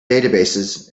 databases